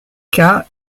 cas